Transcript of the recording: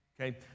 Okay